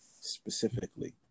specifically